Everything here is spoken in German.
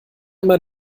immer